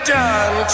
done